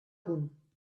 punt